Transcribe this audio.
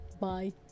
bye